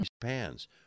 pans